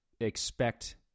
expect